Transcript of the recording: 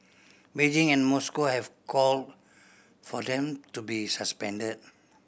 Beijing and Moscow have called for them to be suspended